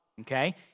okay